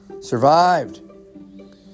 survived